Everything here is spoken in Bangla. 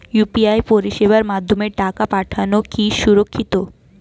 ইউ.পি.আই পরিষেবার মাধ্যমে টাকা পাঠানো কি সুরক্ষিত?